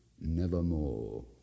Nevermore